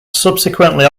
subsequently